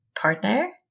partner